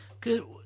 Good